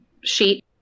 sheet